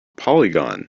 polygon